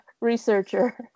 researcher